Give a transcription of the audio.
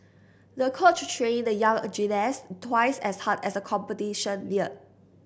the coach trained the young gymnast twice as hard as the competition neared